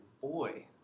boy